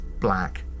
black